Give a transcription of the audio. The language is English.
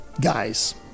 guys